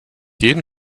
jeden